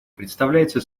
представляется